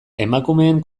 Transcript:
emakumeen